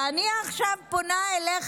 אני עכשיו פונה אליך,